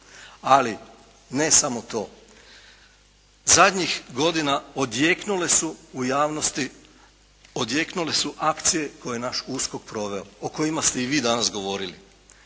Ali ne samo to, zadnjih godina odjeknule su u javnosti, odjeknule su akcije koje je naš USKOK proveo, o kojima ste i vi danas govorili.